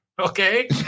Okay